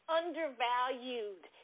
undervalued